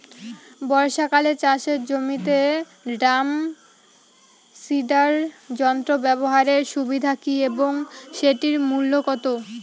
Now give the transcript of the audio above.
বর্ষাকালে চাষের জমিতে ড্রাম সিডার যন্ত্র ব্যবহারের সুবিধা কী এবং সেটির মূল্য কত?